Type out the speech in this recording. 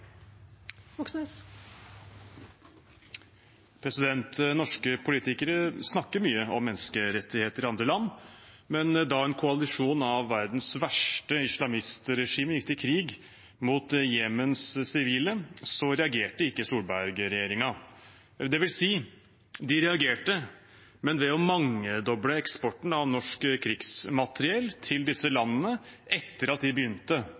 Norske politikere snakker mye om menneskerettigheter i andre land, men da en koalisjon av verdens verste islamistregimer gikk til krig mot Jemens sivile, reagerte ikke Solberg-regjeringen. Det vil si de reagerte, men ved å mangedoble eksporten av norsk krigsmateriell til disse landene etter at de begynte